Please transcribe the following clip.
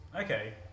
Okay